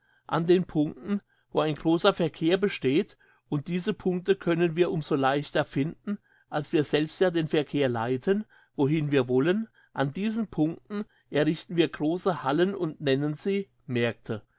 an den punkten wo ein grosser verkehr besteht und diese punkte können wir umso leichter finden als wir selbst ja den verkehr leiten wohin wir wollen an diesen punkten errichten wir grosse hallen und nennen sie märkte